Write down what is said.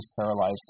paralyzed